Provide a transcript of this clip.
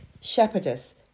shepherdess